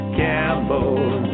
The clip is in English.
cowboy